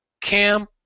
Cam